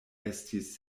estis